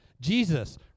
Jesus